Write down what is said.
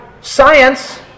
science